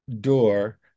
door